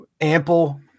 ample